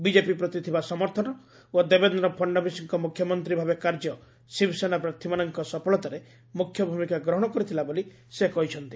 BJP ପ୍ରତି ଥିବା ସମର୍ଥନ ଓ ଦେବେନ୍ଦ୍ର ଫଡ଼୍ନବୀଶଙ୍କ ମୁଖ୍ୟମନ୍ତ୍ରୀ ଭାବେ କାର୍ଯ୍ୟ ଶିବସେନା ପ୍ରାର୍ଥୀମାନଙ୍କ ସଫଳତାରେ ମୁଖ୍ୟ ଭୂମିକା ଗ୍ରହଣ କରିଥିଲା ବୋଲି ସେ କହିଚ୍ଛନ୍ତି